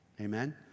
Amen